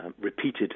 repeated